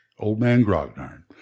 oldmangrognard